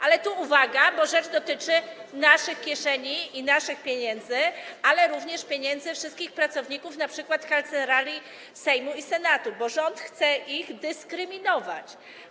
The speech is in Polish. Ale tu uwaga, bo rzecz dotyczy naszych kieszeni i naszych pieniędzy, ale również pieniędzy wszystkich pracowników, np. Kancelarii Sejmu i Kancelarii Senatu, bo rząd chce ich dyskryminować.